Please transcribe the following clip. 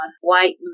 white